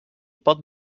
pot